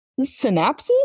synapses